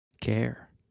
care